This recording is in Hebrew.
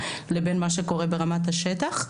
לבין מה שקורה ברמת השטח.